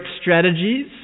strategies